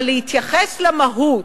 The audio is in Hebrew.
אבל להתייחס למהות,